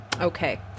Okay